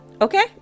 Okay